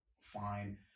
Fine